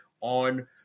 on